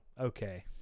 okay